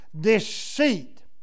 deceit